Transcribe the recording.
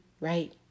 right